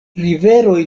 riveroj